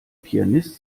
pianist